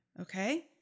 okay